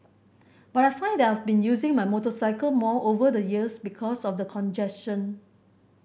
but I find that I've been using my motorcycle more over the years because of the congestion